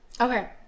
Okay